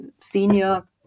senior